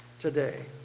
today